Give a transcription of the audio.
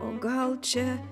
o gal čia